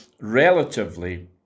relatively